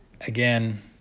Again